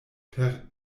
per